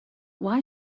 why